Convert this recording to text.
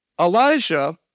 Elijah